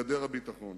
ואפשר להתרשם מה נשתנה.